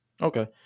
Okay